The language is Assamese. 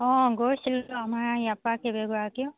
অঁ গৈছিলোতো আমাৰ ইয়াৰ পৰা কেইবাগৰাকীও